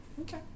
Okay